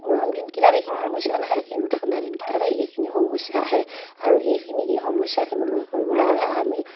গৰম দিনকেইটাত এইখিনি সমস্যা নাহে কিন্তু ঠাণ্ডাদিনকেইটাতে এইখিনি সমস্যা আহে আৰু এইখিনি সমস্যাখিনি দূৰ কৰিবলৈ হ'লে আমি